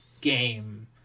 Game